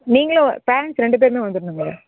நீங்களும் பேரன்ட்ஸ் ரெண்டு பேரும் வந்துடணும்ங்கய்யா